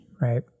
right